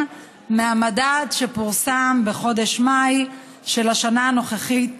מהמדד שפורסם בחודש מאי של השנה הנוכחית